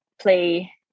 play